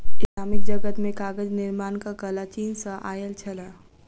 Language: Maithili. इस्लामिक जगत मे कागज निर्माणक कला चीन सॅ आयल छल